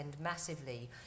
massively